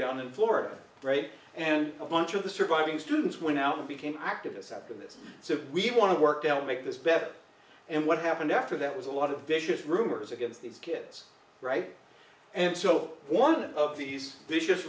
down in florida right and a bunch of the surviving students went out and became activists activists so we want to work to help make this better and what happened after that was a lot of vicious rumors against these kids right and so one of these vicious